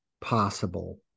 possible